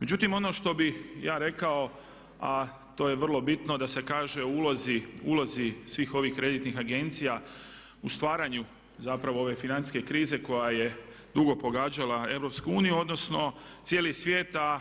Međutim, ono što bih ja rekao, a to je vrlo bitno da se kaže o ulozi svih ovih kreditnih agencija u stvaranju zapravo ove financijske krize koja je dugo pogađala EU, odnosno cijeli svijet, a